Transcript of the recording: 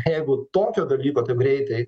jeigu tokio dalyko taip greitai